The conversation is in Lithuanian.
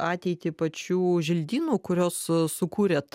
ateitį pačių želdynų kuriuos sukūrėt